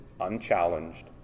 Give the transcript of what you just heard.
unchallenged